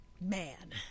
man